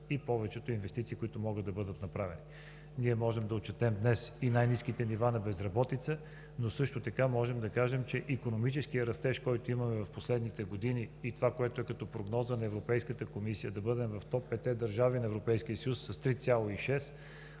и повечето инвестиции, които могат да бъдат направени. Ние можем да отчетем днес и най-ниските нива на безработица, но също така можем да кажем, че икономическият растеж, който имаме в последните години, и прогнозата на Европейската комисия – да бъдем в топ петте държави на Европейския съюз с